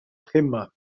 tréma